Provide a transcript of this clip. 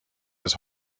his